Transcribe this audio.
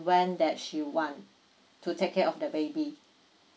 when that she want to take care of the baby